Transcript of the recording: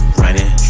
running